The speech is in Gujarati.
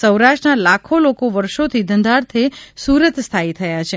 સૌરાષ્ટ્રના લાખો લોકો વર્ષોથી ધંધાર્થે સુરત સ્થાયી થયા છે